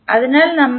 അതിനാൽ നമ്മൾ